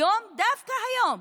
היום, דווקא היום,